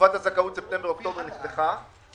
תקופת הזכאות לספטמבר אוקטובר כרגע נפתחה להגשה.